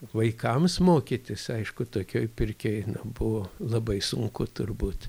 vaikams mokytis aišku tokioj pirkioj buvo labai sunku turbūt